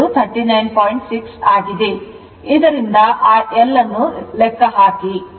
ಈ L ಅನ್ನು ಲೆಕ್ಕಹಾಕಿ 0